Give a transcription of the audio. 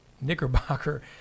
Knickerbocker